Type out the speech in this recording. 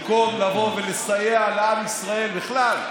במקום לבוא ולסייע לעם ישראל בכלל,